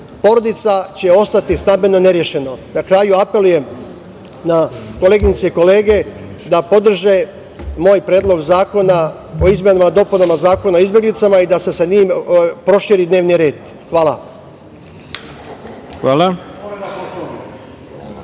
porodica će ostati stambeno nerešeno. Na kraju, apelujem na kolenice ko kolege da podrže moj Predlog zakona o izmenama i dopunama Zakona o izbeglicama i da se sa njim proširi dnevni red. Hvala.